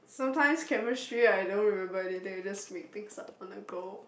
sometimes chemistry I don't remember anything I just make things up on the go